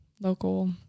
local